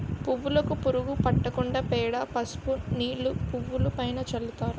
పువ్వులుకు పురుగు పట్టకుండా పేడ, పసుపు నీళ్లు పువ్వులుపైన చల్లుతారు